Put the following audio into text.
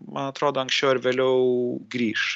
man atrodo anksčiau ar vėliau grįš